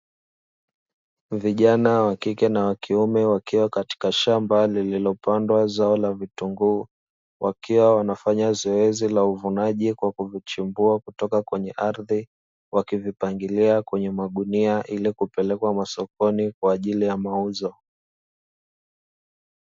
Vijana wa kike na wa kiume wakiwa katika shamba, lililopandwa zao la vitunguu wakiwa wanafanya zoezi la uvunaji kwa kuvichambua kutoka kwenye ardhi wakivipangilia kwenye magunia ili kupelekwa masokoni kwa ajili ya mauzo.